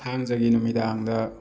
ꯊꯥꯡꯖꯒꯤ ꯅꯨꯃꯤꯗꯥꯡꯗ